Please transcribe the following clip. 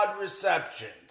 receptions